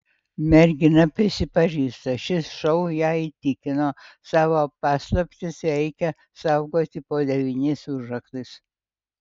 mergina prisipažįsta šis šou ją įtikino savo paslaptis reikia saugoti po devyniais užraktais